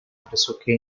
pressoché